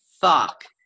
fuck